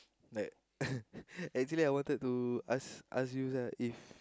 like actually I wanted to ask ask you lah if like